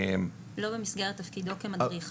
לא במסגרת תפקידו כמדריך.